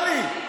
נפתלי,